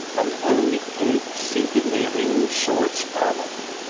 and only kate, seated near him, saw its pallor.